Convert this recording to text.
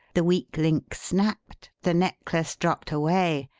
the weak link snapped, the necklace dropped away,